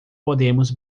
podemos